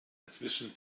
inzwischen